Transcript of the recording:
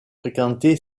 fréquenté